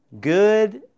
good